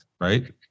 right